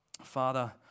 Father